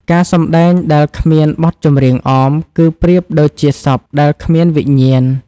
ការសម្ដែងដែលគ្មានបទចម្រៀងអម គឺប្រៀបដូចជាសពដែលគ្មានវិញ្ញាណ។